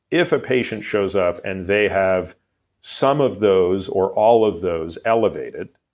if a patient shows up and they have some of those or all of those elevated.